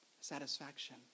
satisfaction